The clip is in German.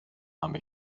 habe